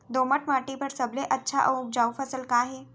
दोमट माटी बर सबले अच्छा अऊ उपजाऊ फसल का हे?